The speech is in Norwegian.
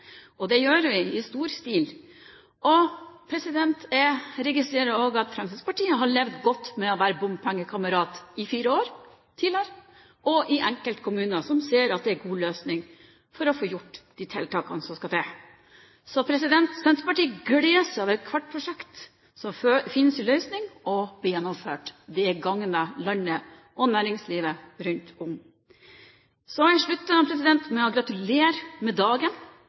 og det gjør vi i stor stil. Jeg registrerer også at Fremskrittspartiet har levd godt med å være bompengekamerat i fire år tidligere og i enkelte kommuner, som ser at det er en god løsning for å få gjort de tiltakene som skal til. Senterpartiet gleder seg over hvert prosjekt som finner sin løsning, og som blir gjennomført. Det gagner landet og næringslivet rundt om. Så vil jeg slutte med å gratulere med dagen